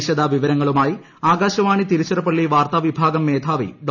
വിശദവിവരങ്ങളുമായി ആകാശവാണി തിരുച്ചിറപ്പള്ളി വാർത്താ വിഭാഗം മേധാവി ഡോ